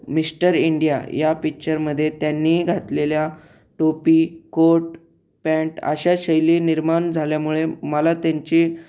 mister India या पिक्चरमध्ये त्यांनी घातलेल्या टोपी कोट पँट अशा शैली निर्माण झाल्यामुळे मला त्यांची